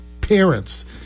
parents